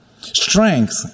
Strength